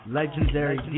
legendary